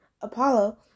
Apollo